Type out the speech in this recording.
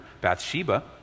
Bathsheba